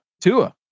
Tua